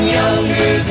younger